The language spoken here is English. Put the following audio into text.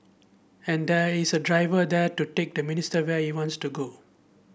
and there is a driver there to take the minister where he wants to go